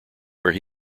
where